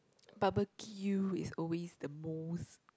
barbeque is also the most